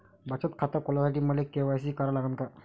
बचत खात खोलासाठी मले के.वाय.सी करा लागन का?